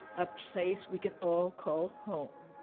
a place we can all call home.